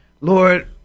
Lord